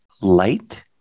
Light